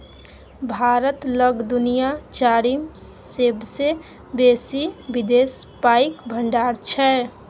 भारत लग दुनिया चारिम सेबसे बेसी विदेशी पाइक भंडार छै